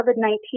COVID-19